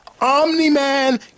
Omni-Man